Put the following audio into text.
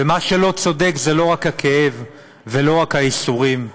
ומה שלא צודק זה לא רק הכאב ולא רק הייסורים.